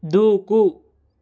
దూకు